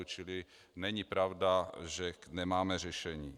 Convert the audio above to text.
Čili není pravda, že nemáme řešení.